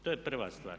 To je prva stvar.